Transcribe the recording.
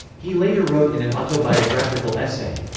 he later wrote in an autobiographical essay,